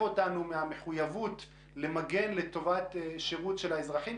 אותנו מהמחויבות למגן לטובת מתן שירות לאזרחים,